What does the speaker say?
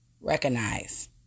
recognize